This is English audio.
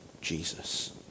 Jesus